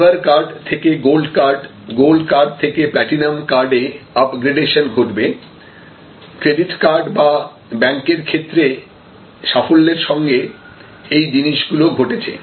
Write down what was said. silver card থেকে gold card gold card থেকে platinum কার্ডে আপগ্রেডেশন ঘটবে ক্রেডিট কার্ড বা ব্যাংকের ক্ষেত্রে সাফল্যের সঙ্গে এই জিনিসগুলো ঘটেছে